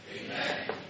Amen